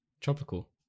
Tropical